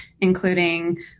including